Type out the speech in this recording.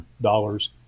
dollars